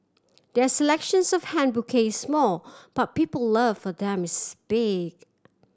their selections of hand bouquets is small but people love for them is big